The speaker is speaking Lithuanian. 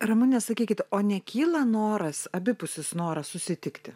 ramune sakykit o nekyla noras abipusis noras susitikti